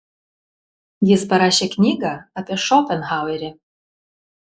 jis parašė knygą apie šopenhauerį